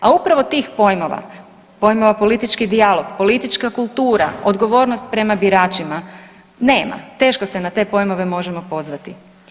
A upravo tih pojmova, pojmova politički dijalog, politička kultura, odgovornost prema biračima nema, teško se na te pojmove možemo pozvati.